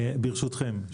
ברשותכם,